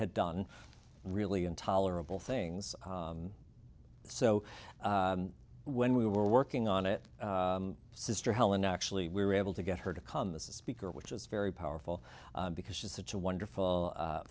had done really intolerable things so when we were working on it sister helen actually we were able to get her to come as a speaker which is very powerful because she's such a wonderful